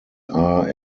are